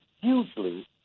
hugely